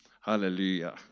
Hallelujah